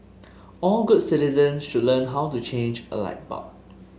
all good citizens should learn how to change a light bulb